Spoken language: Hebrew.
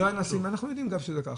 אנחנו יודעים שזה ככה.